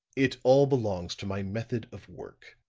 it all belongs to my method of work,